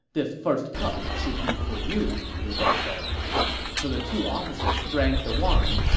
this first cup should be for you, liu bei said so the two officers drank the wine.